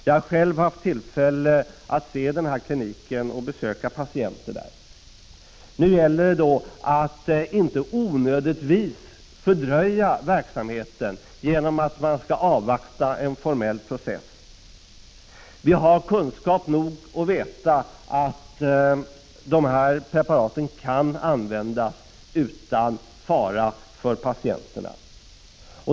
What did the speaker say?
Jag har själv haft tillfälle att se kliniken och besöka patienter där. Det gäller nu att inte onödigtvis fördröja verksamheten genom att avvakta en formell process. Vi har kunskap nog för att veta att de aktuella preparaten kan användas utan fara för patienten.